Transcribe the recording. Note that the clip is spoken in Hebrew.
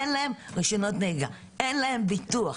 אין להם רשיונות נהיגה או ביטוח.